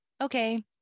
okay